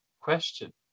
question